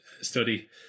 study